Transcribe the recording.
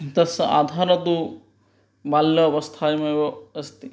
तस्य आधारः तु बाल्यावस्थायामेव अस्ति